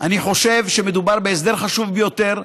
אני חושב שמדובר בהסדר חשוב ביותר,